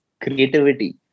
creativity